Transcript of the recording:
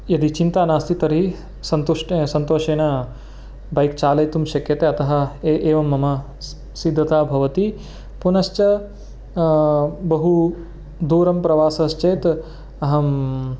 यदि चिन्ता नास्ति तर्हि सन्तुष्ट सन्तोषेण बैक् चालयितुं शक्यते अतः ए एवं मम सिद्धता भवति पुनश्च बहु दूरं प्रवासश्चेत् अहं